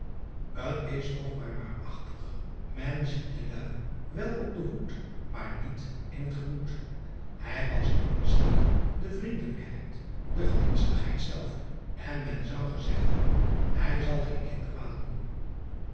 t s toch maar waarachtig men ziet de de luî wel op den hoed maar niet in het gemoed ij was immers hier de vriendelijkheid de gedienstigheid zelve en men zou gezegd hebben hij zal geen kind kwaad doen